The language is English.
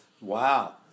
wow